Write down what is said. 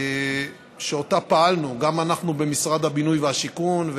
שאותה פעלנו גם אנחנו במשרד הבינוי והשיכון,